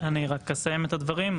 אני אסיים את הדברים.